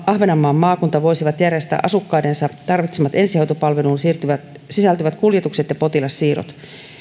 ahvenanmaan maakunta voisivat järjestää asukkaidensa tarvitsemat ensihoitopalveluun sisältyvät kuljetukset ja potilassiirrot